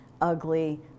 ugly